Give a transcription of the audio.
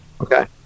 okay